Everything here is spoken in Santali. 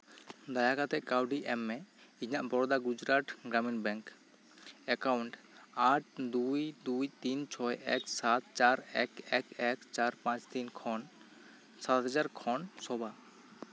ᱫᱟᱭᱟ ᱠᱟᱛᱮᱜ ᱠᱟᱹᱣᱰᱤ ᱮᱢ ᱢᱮ ᱤᱧᱟᱹᱜ ᱵᱚᱲᱫᱟ ᱜᱩᱡᱽᱨᱟᱴ ᱜᱨᱟᱢᱤᱱ ᱵᱮᱝᱠ ᱮᱠᱟᱣᱩᱱᱴ ᱟᱴ ᱫᱩᱭ ᱫᱩᱭ ᱛᱤᱱ ᱪᱷᱚᱭ ᱮᱠ ᱥᱟᱛ ᱪᱟᱨ ᱮᱠ ᱮᱠ ᱮᱠ ᱪᱟᱨ ᱯᱟᱸᱪ ᱛᱤᱱ ᱠᱷᱚᱱ ᱥᱟᱛ ᱦᱟᱡᱟᱨ ᱠᱷᱚᱱ ᱥᱚᱵᱟ